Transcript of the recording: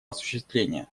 осуществления